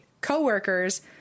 co-workers